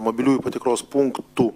mobiliųjų patikros punktų